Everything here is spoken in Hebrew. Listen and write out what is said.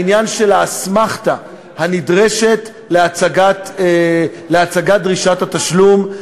העניין של האסמכתה הנדרשת להצגת דרישת התשלום.